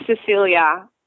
Cecilia